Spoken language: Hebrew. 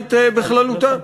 הבין-לאומית בכללותה.